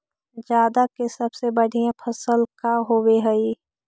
जादा के सबसे बढ़िया फसल का होवे हई?